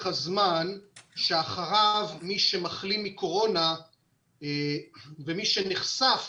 הזמן שאחריו מי שמחלים מקורונה ומי שנחשף